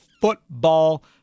Football